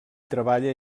treballa